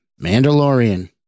Mandalorian